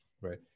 right